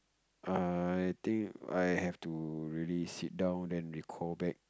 I think I have to really sit down and recall back